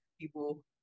people